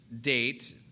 date